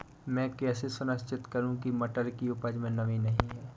मैं कैसे सुनिश्चित करूँ की मटर की उपज में नमी नहीं है?